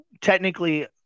technically